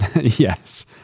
Yes